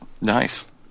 nice